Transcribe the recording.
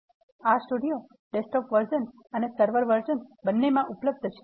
R studio desktop version અને server version બન્નેમા ઉપલબ્ધ છે